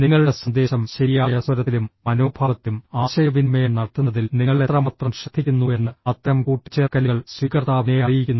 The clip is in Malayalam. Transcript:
നിങ്ങളുടെ സന്ദേശം ശരിയായ സ്വരത്തിലും മനോഭാവത്തിലും ആശയവിനിമയം നടത്തുന്നതിൽ നിങ്ങൾ എത്രമാത്രം ശ്രദ്ധിക്കുന്നുവെന്ന് അത്തരം കൂട്ടിച്ചേർക്കലുകൾ സ്വീകർത്താവിനെ അറിയിക്കുന്നു